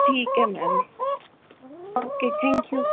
ਠੀਕ ਹੈ ma'am okay thank you